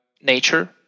nature